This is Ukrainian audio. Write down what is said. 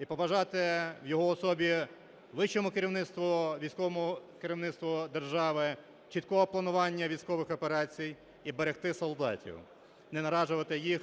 І побажати в його особі вищому керівництву, військовому керівництву держави чіткого планування військових операцій і берегти солдатів, не наражати їх